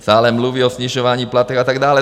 Stále mluví o snižování platů a tak dále.